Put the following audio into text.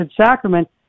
Sacrament